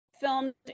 filmed